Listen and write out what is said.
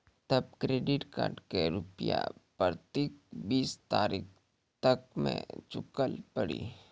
तब credit card के रूपिया प्रतीक बीस तारीख तक मे चुकल पड़ी?